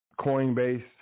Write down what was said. Coinbase